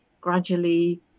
gradually